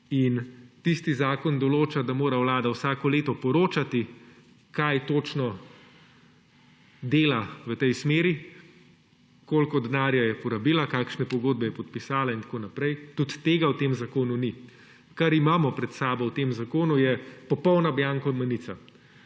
In tisti zakon določa, da mora Vlada vsako leto poročati, kaj točno dela v tej smeri, koliko denarja je porabila, kakšne pogodbe je podpisala in tako naprej – tudi tega v tem zakonu ni. Kar imamo pred sabo v tem zakonu, je popolna bianko menica.